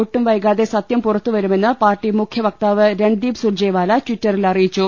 ഒട്ടുംവൈകാതെ സത്യം പുറത്തുവരുമെന്ന് പാർട്ടി മുഖ്യവക്താവ് രൺദീപ് സുർജേവാല ട്വിറ്ററിൽ അറിയിച്ചു